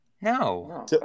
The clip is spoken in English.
No